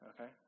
Okay